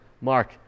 Mark